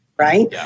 right